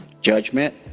judgment